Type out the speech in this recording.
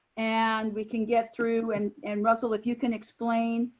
and we can get through and and russell, if you can explain